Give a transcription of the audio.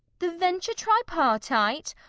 the venture tripartite?